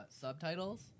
subtitles